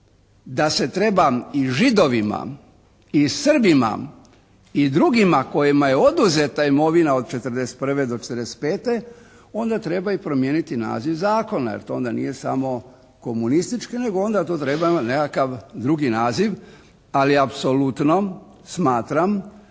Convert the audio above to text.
da se trebam i Židovima i Srbima i drugima kojima je oduzeta imovina od '41. do '45. onda treba i promijeniti naziv zakona jer to onda nije samo komunistički, nego onda to treba na nekakav drugi naziv, ali apsolutno smatram